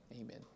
amen